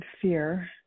fear